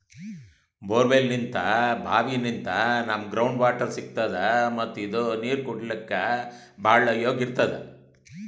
ಬೋರ್ವೆಲ್ನಿಂತ್ ಭಾವಿನಿಂತ್ ನಮ್ಗ್ ground water ಸಿಗ್ತದ ಮತ್ತ್ ಇದು ನೀರ್ ಕುಡ್ಲಿಕ್ಕ್ ಭಾಳ್ ಯೋಗ್ಯ್ ಇರ್ತದ್